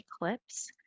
eclipse